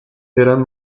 eran